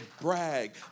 brag